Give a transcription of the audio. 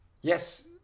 yes